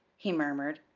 he murmured.